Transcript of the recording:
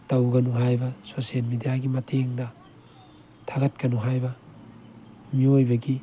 ꯇꯧꯒꯅꯨ ꯍꯥꯏꯕ ꯁꯣꯁꯤꯌꯦꯜ ꯃꯦꯗꯤꯌꯥꯒꯤ ꯃꯇꯦꯡꯅ ꯊꯥꯒꯠꯀꯅꯨ ꯍꯥꯏꯕ ꯃꯤꯑꯣꯏꯕꯒꯤ